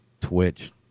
Twitch